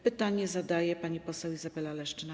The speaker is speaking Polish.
Pytanie zadaje pani poseł Izabela Leszczyna.